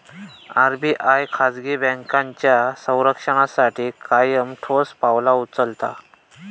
RBI खाजगी बँकांच्या संरक्षणासाठी कायम ठोस पावला उचलता